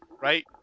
Right